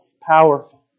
powerful